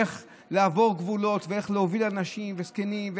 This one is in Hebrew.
איך לעבור גבולות ואיך להוביל אנשים וזקנים,